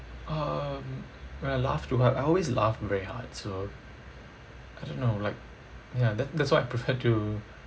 um when I laugh too hard I always laugh very hard so I don't know like ya that that's why I prefer to